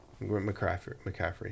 McCaffrey